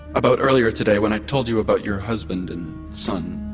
about earlier today, when i told you about your husband and son.